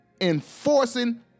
enforcing